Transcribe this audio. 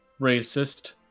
racist